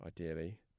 ideally